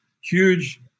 huge